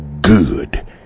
good